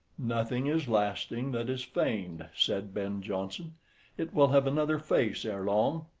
nothing is lasting that is feigned, said ben jonson it will have another face ere long.